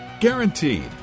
Guaranteed